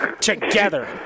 together